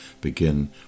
begin